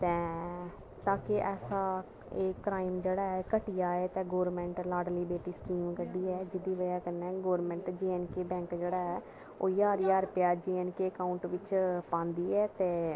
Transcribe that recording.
तें ताकी ऐसा एह् क्राईम जेह्ड़ा घटी जाये ते लाड़ली बेटी स्कीम कड्ढी ऐ जेह्दे कन्नै गौरमेंट नै जेएंडके बैंक जेह्का ऐ ओह् जड्हार ज्हार रपेआ इंदे अकाऊंट च पांदी ऐ ते